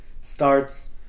starts